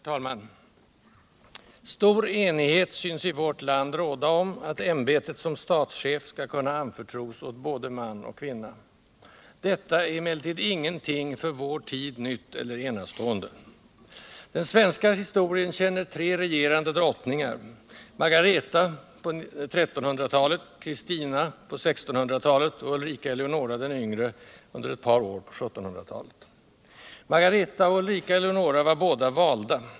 Herr talman! Stor enighet synes i vårt land råda om att ämbetet som statschef skall kunna anförtros åt både man och kvinna. Detta är emellertid ingenting för vår tid nytt eller enastående. Den svenska historien känner tre regerande drottningar: Margareta , Kristina och Ulrika Eleonora d. y. . Margareta och Ulrika Eleonora var båda valda.